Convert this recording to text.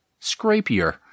scrapier